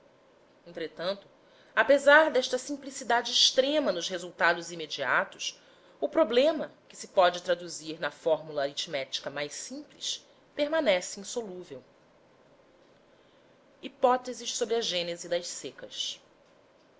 entretanto apesar desta simplicidade extrema nos resultados imediatos o problema que se pode traduzir na fórmula aritmética mais simples permanece insolúvel hipótese sobre a gênese das secas